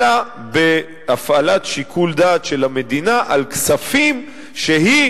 אלא בהפעלת שיקול דעת של המדינה על כספים שהיא